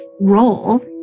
role